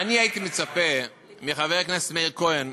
הייתי מצפה מחבר הכנסת מאיר כהן,